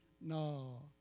No